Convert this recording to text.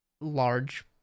large